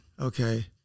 okay